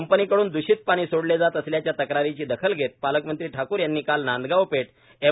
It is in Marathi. कंपनीकडून द्रषित पाणी सोडले जात असल्याच्या तक्रारीची दखल घेत पालकमंत्री ठाक्र यांनी काल नांदगावपेठ एम